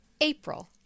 April